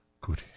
Good